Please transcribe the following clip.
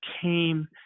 came